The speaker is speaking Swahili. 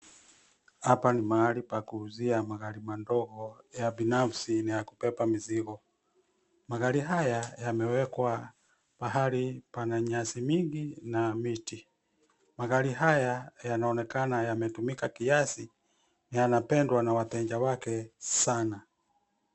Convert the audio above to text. Hapa ni mahali pa kuuzia magari madogo ya binafsi na ya kubeba mizigo. Magari haya yamewekwa pahali pana nyasi mingi na miti. Magari haya yanonekana yametumika kiasi, yanapendwa na wateja wake sana.